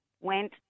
went